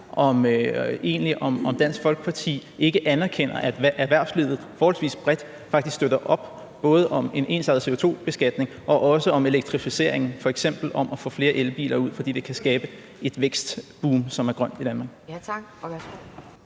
om Dansk Folkeparti ikke anerkender, at erhvervslivet forholdsvis bredt faktisk støtter op om både en ensartet CO2-beskatning og en elektrificering f.eks. i forhold til at få flere elbiler ud, fordi det kan skabe et vækstboom i Danmark,